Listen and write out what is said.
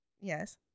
Yes